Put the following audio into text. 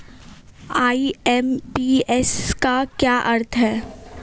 IMPS का क्या अर्थ है?